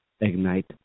ignite